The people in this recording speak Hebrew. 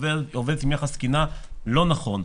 שעובדת עם יחס תקינה לא נכון.